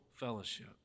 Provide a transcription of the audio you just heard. Fellowship